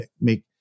make